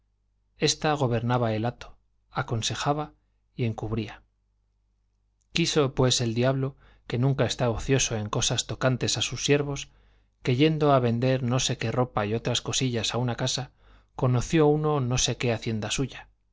ésta gobernaba el hato aconsejaba y encubría quiso pues el diablo que nunca está ocioso en cosas tocantes a sus siervos que yendo a vender no sé qué ropa y otras cosillas a una casa conoció uno no sé qué hacienda suya